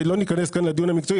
לא ניכנס כאן לדיון המקצועי,